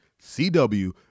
CW